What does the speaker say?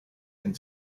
and